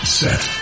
set